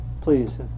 please